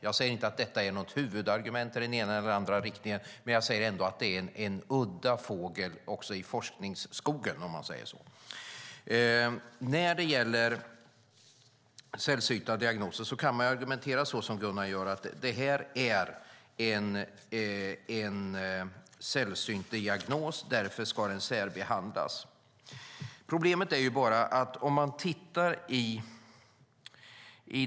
Jag säger inte att detta är ett huvudargument för den ena eller andra riktningen, men jag säger att det här är en udda fågel också i forskningsskogen. När det gäller sällsynta diagnoser kan man argumentera så som Gunnar Sandberg gör, nämligen att det är fråga om en sällsynt diagnos och att den därför ska särbehandlas.